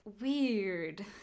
weird